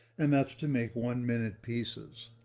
and that's to make one minute pieces.